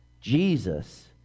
Jesus